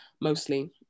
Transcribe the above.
mostly